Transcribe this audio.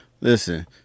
listen